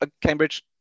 Cambridge